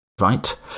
right